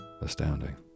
astounding